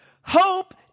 Hope